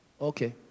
Okay